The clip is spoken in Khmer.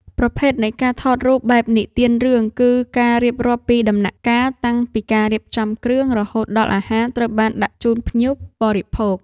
ប្រភេទនៃការថតរូបបែបនិទានរឿង គឺការរៀបរាប់ពីដំណាក់កាលតាំងពីការរៀបចំគ្រឿង រហូតដល់អាហារត្រូវបានដាក់ជូនភ្ញៀវបរិភោគ។